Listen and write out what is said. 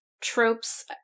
tropes